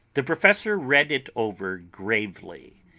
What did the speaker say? the professor read it over gravely,